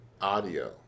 audio